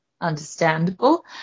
Understandable